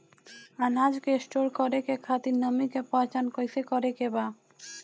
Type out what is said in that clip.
अनाज के स्टोर करके खातिर नमी के पहचान कैसे करेके बा?